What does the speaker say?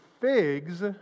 figs